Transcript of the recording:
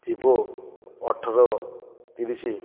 Vivo ଅଠର ତିରିଶି